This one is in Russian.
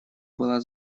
была